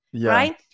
right